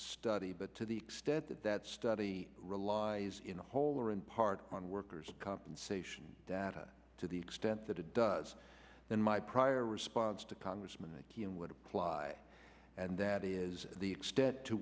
study but to the extent that that study relies in whole or in part on workers compensation data to the extent that it does then my prior response to congressman mckeon would apply and that is the extent to